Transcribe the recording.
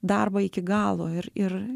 darbą iki galo ir ir